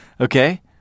okay